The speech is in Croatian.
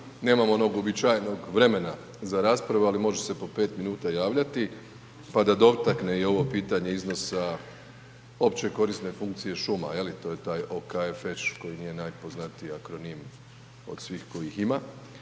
nemamo onog uobičajenog vremena za raspravu, ali može se po 5 min javljati, pa da dotakne i ovo pitanje iznosa opće korisne funkcije šuma, je li, to je taj OKFŠ koji je nije najpoznatiji akronim od svih kojih ima